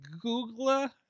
google